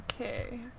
okay